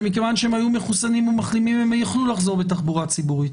שמכיוון שהם היו מחוסנים ומחלימים הם יכלו לחזור בתחבורה ציבורית.